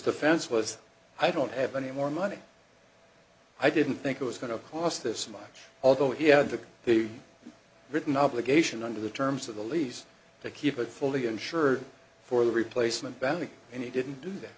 defense was i don't have any more money i didn't think it was going to cost this much although he had to be written obligation under the terms of the lease to keep it fully insured for the replacement ballot and he didn't do that